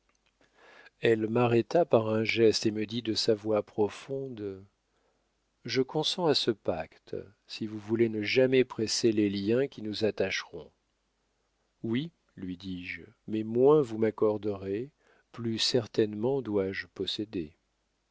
elle m'arrêta par un geste et me dit de sa voix profonde je consens à ce pacte si vous voulez ne jamais presser les liens qui nous attacheront oui lui dis-je mais moins vous m'accorderez plus certainement dois-je posséder